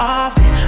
often